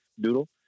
doodle